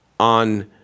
On